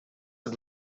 het